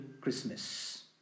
Christmas